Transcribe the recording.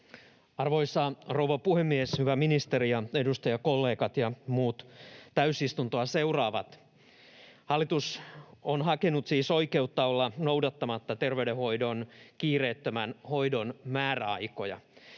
Arvoisa rouva puhemies! Hyvä ministeri ja edustajakollegat ja muut täysistuntoa seuraavat! Hallitus on hakenut siis oikeutta olla noudattamatta terveydenhoidon kiireettömän hoidon määräaikoja.